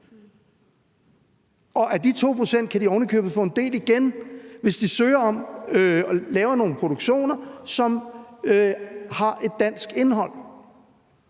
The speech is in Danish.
og af de 2 pct. kan de oven i købet få en del igen, hvis de ansøger om at lave nogle produktioner, som har et dansk indhold.